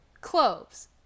cloves